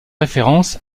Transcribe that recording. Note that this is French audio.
référence